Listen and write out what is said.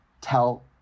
tell